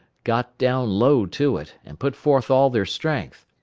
got down low to it, and put forth all their strength.